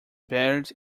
buried